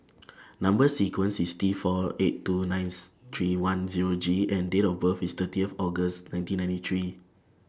Number sequence IS T four eight two nines three one Zero G and Date of birth IS thirtieth August nineteen ninety three